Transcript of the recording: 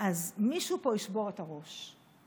מישהו פה ישבור את הראש,